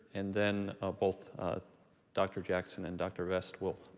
and then both dr. jackson and dr. vest will